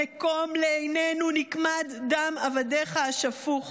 נקום לעינינו נקמת דם עבדיך השפוך".